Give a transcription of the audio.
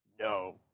No